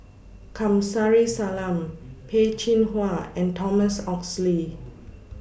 Kamsari Salam Peh Chin Hua and Thomas Oxley